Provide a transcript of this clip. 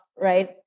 right